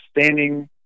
standing